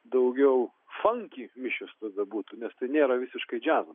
daugiau fanki mišios tada būtų nes tai nėra visiškai džiazas